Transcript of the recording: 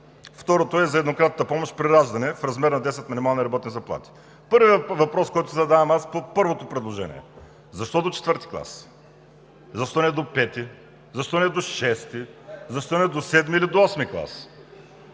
Второто е за еднократната помощ при раждане в размер на 10 минимални работни заплати. Първият въпрос, който задавам по първото предложение, е: защо до IV клас? Защо не до V, защо не до VI, защо не до VII или до VIII клас?